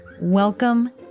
Welcome